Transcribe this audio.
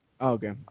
Okay